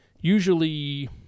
usually